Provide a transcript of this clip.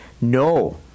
No